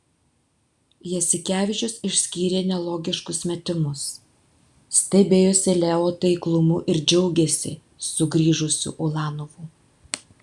jasikevičius išskyrė nelogiškus metimus stebėjosi leo taiklumu ir džiaugėsi sugrįžusiu ulanovu